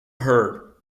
heard